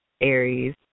Aries